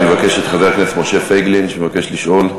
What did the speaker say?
אני מבקש את חבר הכנסת משה פייגלין, שמבקש לשאול.